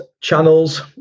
channels